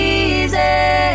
easy